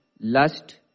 lust